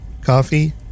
coffee